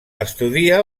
estudia